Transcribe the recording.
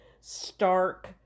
stark